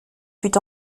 fut